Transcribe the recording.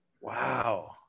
Wow